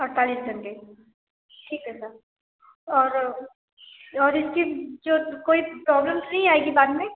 अड़तालीस घंटे ठीक है सर और और इसकी जो कोई प्रॉब्लम तो नहीं आएगी बाद में